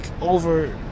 over